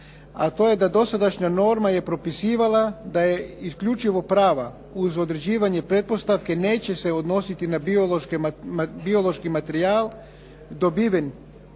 a to je da dosadašnja norma je propisivala da je isključivo prava uz određivanje pretpostavke neće se odnositi na biološki materijal dobiven